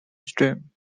stream